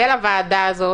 ולוועדה הזו